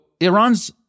Iran's